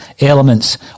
elements